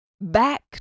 back